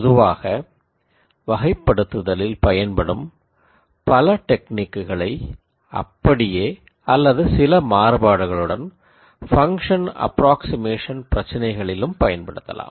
பொதுவாக கிளாஸ்ஸிஃகேஷனில் பயன்படும் பல டெக்னிக்குகளை அப்படியே அல்லது சில மாறுபாடுகளுடன் ஃபங்ஷன் அப்ராக்சிமேஷன் பிரச்சினைகளிலும் பயன்படுத்தலாம்